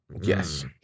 Yes